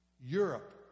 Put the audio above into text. Europe